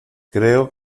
creo